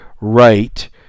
right